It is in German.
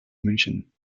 münchen